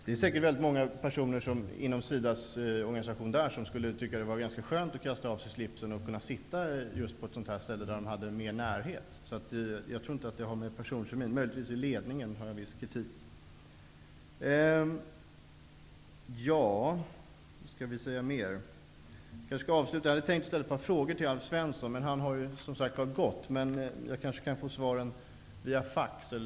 Det finns säkert många personer inom SIDA:s organisation som skulle tycka att det var ganska skönt att kasta av sig slipsen och sitta på just ett sådant här ställe där de hade mer närhet till verksamheten. Jag tror inte att problemen har med personkemin att göra. Jag har möjligtvis viss kritik mot ledningen. Jag hade tänkt att ställa ett par frågor till Alf Svensson, men han har gått. Jag kanske kan få svaren via fax.